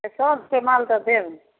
सस्ते माल तऽ देब